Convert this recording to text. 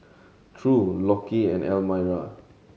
True Lockie and Elmira